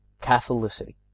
CATHOLICITY